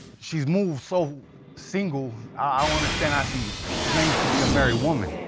she's moved so single, i don't understand how she claims to be a married woman.